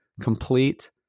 complete